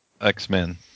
X-Men